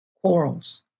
quarrels